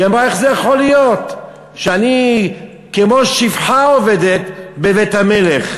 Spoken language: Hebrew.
והיא אמרה: איך זה יכול להיות שאני כמו שפחה עובדת בבית המלך?